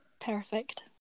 perfect